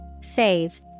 Save